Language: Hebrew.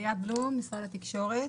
היי, שמי ליאת בלום ממשרד התקשורת.